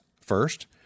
First